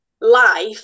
life